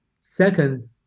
second